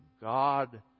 God